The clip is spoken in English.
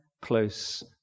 close